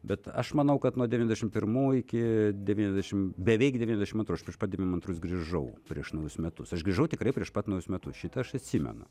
bet aš manau kad nuo devyniasdešimt pirmų iki devyniasdešimt beveik devyniasdešimt antrų atrodo aš prieš pat devyniasdešimt antrus grįžau prieš naujus metus aš grįžau tikrai prieš pat naujus metus šitą aš atsimenu